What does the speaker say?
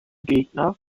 gegner